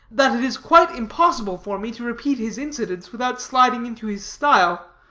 that it is quite impossible for me to repeat his incidents without sliding into his style.